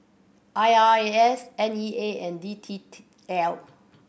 I R A S N E A and D T T L